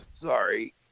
Sorry